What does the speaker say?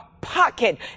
pocket